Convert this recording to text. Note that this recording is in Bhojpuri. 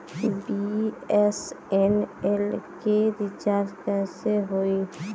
बी.एस.एन.एल के रिचार्ज कैसे होयी?